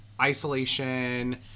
isolation